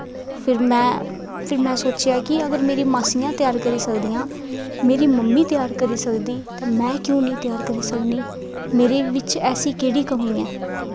फिर में फिर में सोचेआ कि अगर मेरी मासियां त्यार करी सकदियां मेरी मम्मी त्यार करी सकदी ते में क्यों निं त्यार करी सकदी मेरे बिच्च ऐसी केह्ड़ी कमी ऐ